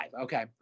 Okay